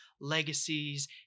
legacies